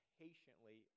patiently